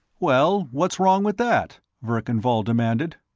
well, what's wrong with that? verkan vall demanded.